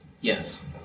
Yes